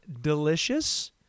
delicious